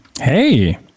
Hey